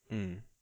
mm